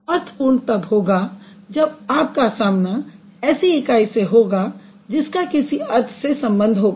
अर्थपूर्ण तब होगा जब आपका सामना ऐसी इकाई से होगा जिसका किसी अर्थ से संबंध होगा